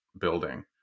building